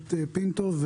הכנסת פינטו.